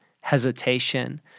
hesitation